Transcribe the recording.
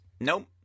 nope